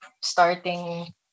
starting